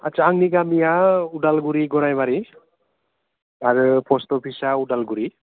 आस्सा आंनि गामिया उदालगुरि गरायमारि आरो पस्ट अफिसा उदालगुरि